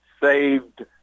saved